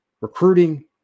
recruiting